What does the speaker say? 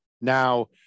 Now